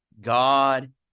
god